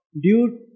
Due